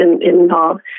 involved